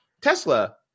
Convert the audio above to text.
Tesla